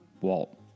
Walt